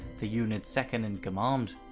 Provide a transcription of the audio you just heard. the unit's second in command.